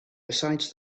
besides